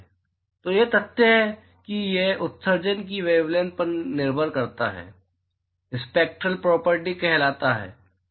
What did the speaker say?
तो यह तथ्य कि यह उत्सर्जन की वेवलैंथ पर निर्भर करता है स्पैक्टरल प्रोपर्टी कहलाता है